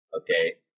Okay